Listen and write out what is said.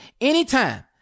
anytime